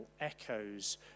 echoes